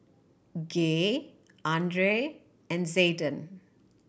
Gay Andrae and Zayden